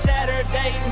Saturday